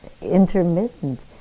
intermittent